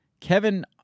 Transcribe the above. Kevin